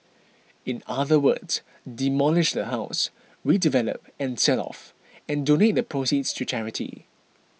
in other words demolish the house redevelop and sell off and donate the proceeds to charity